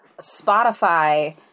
Spotify